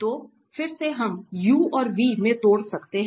तो फिर से हम u और v में तोड़ सकते हैं